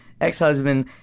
ex-husband